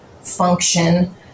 function